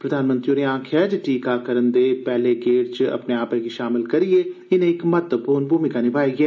प्रधानमंत्री होरें आक्खेआ जे टीकाकरण दे पैहले गेड च अपने आपै गी शामल करियै इनें इक महत्वपूर्ण भूमिका निभाई ऐ